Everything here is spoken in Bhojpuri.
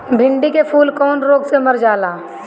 भिन्डी के फूल कौने रोग से मर जाला?